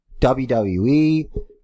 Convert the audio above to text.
WWE